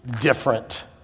different